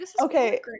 Okay